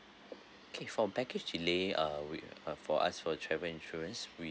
okay for baggage delay uh we uh for us for travel insurance we~